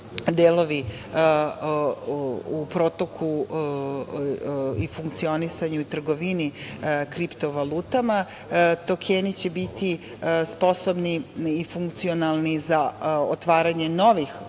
delovi u protoku i funkcionisanju i trgovini kripto valutama. Tokeni će biti sposobni i funkcionalni za otvaranje novih